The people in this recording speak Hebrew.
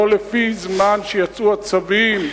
לא לפי הזמן שיצאו הצווים,